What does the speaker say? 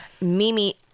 mimi